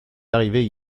arrivés